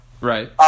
right